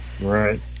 Right